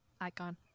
icon